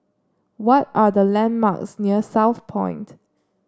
what are the landmarks near Southpoint